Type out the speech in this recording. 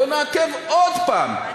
בואו נעכב עוד פעם,